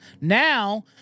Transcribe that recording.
Now